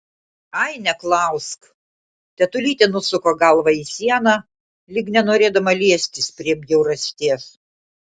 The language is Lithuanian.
ai neklausk tetulytė nusuko galvą į sieną lyg nenorėdama liestis prie bjaurasties